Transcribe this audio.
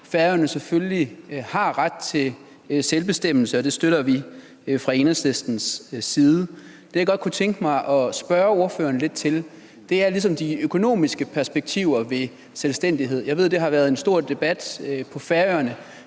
Færøerne selvfølgelig har ret til selvbestemmelse, og det støtter vi fra Enhedslistens side. Det, jeg godt kunne tænke mig at spørge ordføreren lidt om, er ligesom de økonomiske perspektiver ved selvstændighed. Jeg ved, det har været en stor debat på Færøerne,